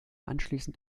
anschließend